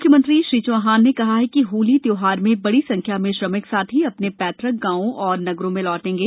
म्ख्यमंत्री श्री चौहान ने कहा कि होली त्यौहार में बड़ी संख्या में श्रमिक साथी अपने पैतृक ग्रामों और नगरों में लौटेंगे